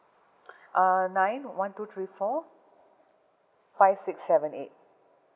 uh nine one two three four five six seven eight